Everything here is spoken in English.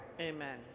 Amen